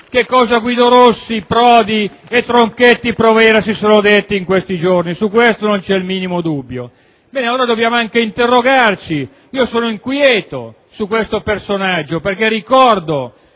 che cosa Guido Rossi, Prodi e Tronchetti Provera si sono detti in questi giorni; su questo non c'è il minimo dubbio. Bene, allora dobbiamo interrogarci; io sono inquieto su questo personaggio. Ricordo